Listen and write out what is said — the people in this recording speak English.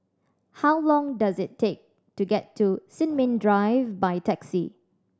how long does it take to get to Sin Ming Drive by taxi